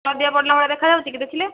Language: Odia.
ହଳଦିଆ ବର୍ଣ୍ଣ ଭଳିଆ ଦେଖାଯାଉଛି କି ଦେଖିଲେ